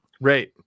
Right